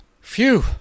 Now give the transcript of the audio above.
Phew